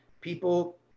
people